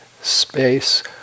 space